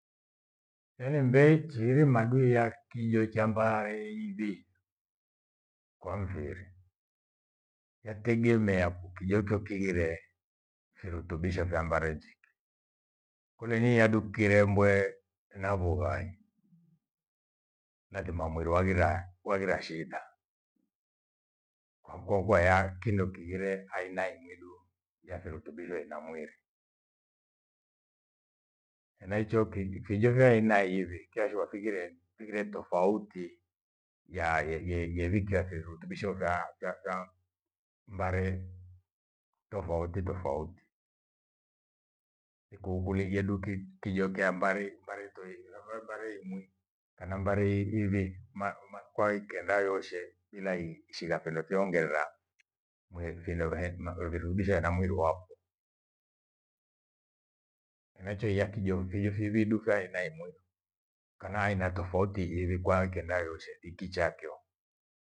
Ene mbei kichighire madui ya kijo cha mbaaeibe kwa mfiri. Yategemea kijo ikyo kighire virutubisho vya mbarinjike, kuneheia adu kirembwe na vughai lathima mwiri waghira- waghira shida. Kwakua- kua ya kindo kighire aina inyedu ya virutubisho ena mwili. Enaicho kij- fijo vya aina iwi kashua kighire, kighire tofauti yethikia virutubisho ka- katham mbare tofauti tofauti. Kuukilikio duki kijo cha mbare, mbare tuivambare imwi kana mbare hivi kwa ikenda yoshe bila i shigha kindo kiongetha mwethina virutubisho ena mwili wakwo. Enaicho iya kijo philiphili iduka ena imwe kana aina tofauti irikwa kenaichedi kicha eh kwio.